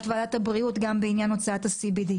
אחת בבוקר כדי לנסות ולטרפד את הצעת החוק הזאת.